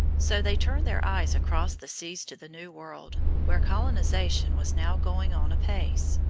so they turned their eyes across the seas to the new world, where colonisation was now going on apace.